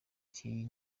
cy’iyi